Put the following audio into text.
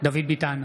דוד ביטן,